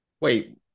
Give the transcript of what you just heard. Wait